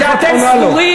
בשביל,